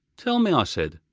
tell me i said,